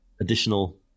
additional